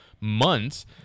months